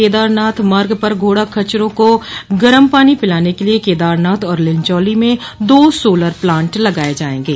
केदारनाथ मार्ग पर घोड़ा खच्चरों को गरम पानी पिलाने के लिए केदारनाथ और लिनचौली में दो सोलर प्लांट लगाए जाएंगे